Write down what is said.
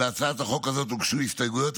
להצעת החוק הוגשו הסתייגויות,